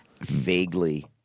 Vaguely